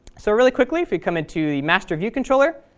so really quickly, if we come into the masterviewcontroller,